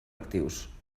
actius